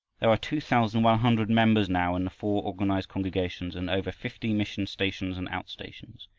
there are two thousand, one hundred members now in the four organized congregations, and over fifty mission stations and outstations.